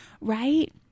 right